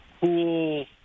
cool